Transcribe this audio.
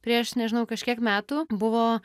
prieš nežinau kažkiek metų buvo